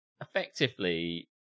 Effectively